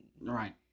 Right